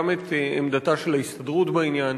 גם את עמדתה של ההסתדרות בעניין,